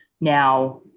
now